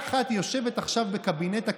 שרת החינוך יפעת שאשא ביטון,